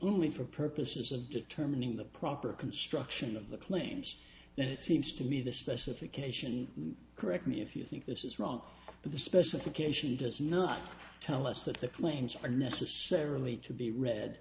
only for purposes of determining the proper construction of the claims and it seems to be the specification correct me if you think this is wrong the specification does not tell us that the claims are necessarily to be read